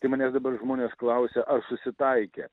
tai manęs dabar žmonės klausia ar susitaikė